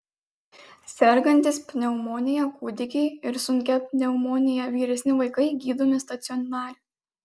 sergantys pneumonija kūdikiai ir sunkia pneumonija vyresni vaikai gydomi stacionare